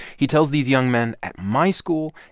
he tells these young men at my school,